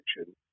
action